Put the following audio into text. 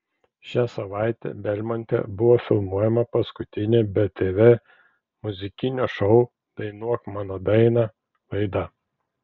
šią savaitę belmonte buvo filmuojama paskutinė btv muzikinio šou dainuok mano dainą laida